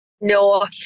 No